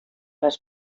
les